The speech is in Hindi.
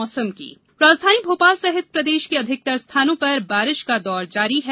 मौसम राजधानी भोपाल सहित प्रदेश के अधिकतर स्थानों पर बारिश का दौर जारी है